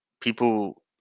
people